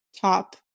top